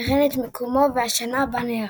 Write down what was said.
וכן את מיקומו והשנה בה נערך.